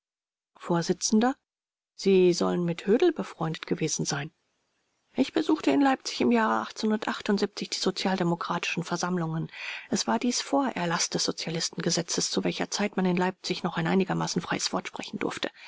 vors sie sollen mit hödel befreundet gewesen sein r ich besuchte in leipzig im jahre die sozialdemokratischen versammlungen es war dies vor erlaß des sozialistengesetzes zu welcher zeit man in leipzig noch ein einigermaßen freies wort sprechen durfte